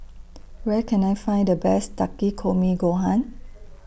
Where Can I Find The Best Takikomi Gohan